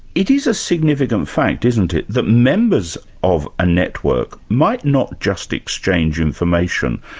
it is a significant fact, isn't it, that members of a network might not just exchange information,